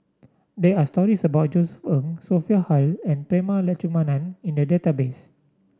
there are stories about Josef Ng Sophia Hull and Prema Letchumanan in the database